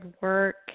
work